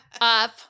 up